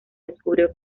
descubrió